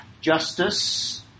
justice